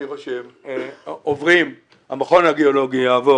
אני חושב שהמכון הגיאולוגי יעבור